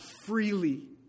freely